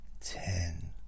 ten